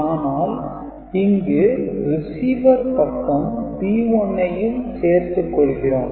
ஆனால் இங்கு Recevier பக்கம் P1 ஐயும் சேர்த்துக் கொள்கிறோம்